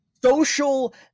social